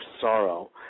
Sorrow